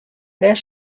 wêr